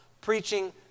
preaching